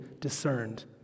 discerned